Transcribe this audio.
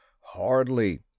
Hardly